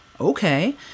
okay